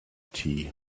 tea